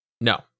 No